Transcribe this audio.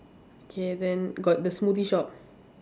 k then got the smoothie shop